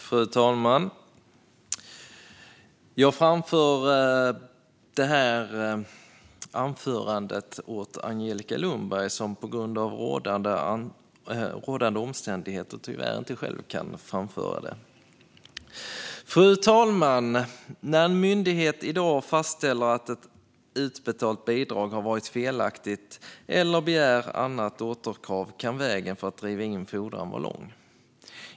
Fru talman! Jag framför detta anförande åt Angelica Lundberg, som på grund av rådande omständigheter tyvärr inte själv kan framföra det. Fru talman! När en myndighet i dag fastställer att ett utbetalt bidrag har varit felaktigt eller begär annat återkrav kan vägen för att driva in fordran vara lång.